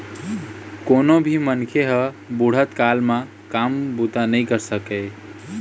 कोनो भी मनखे ह बुढ़त काल म काम बूता नइ कर सकय